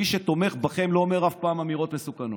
מי שתומך בכם אף פעם לא אומר אמירות מסוכנות.